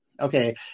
Okay